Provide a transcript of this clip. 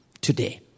today